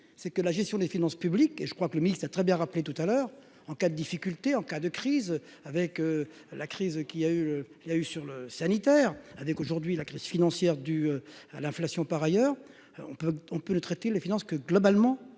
c'est que la gestion des finances publiques et je crois que le mixte a très bien rappelé tout à l'heure en cas de difficultés en cas de crise avec la crise qui a eu il y a eu sur le sanitaire avec, aujourd'hui, la crise financière due à l'inflation, par ailleurs, on peut, on peut le traiter les finances que globalement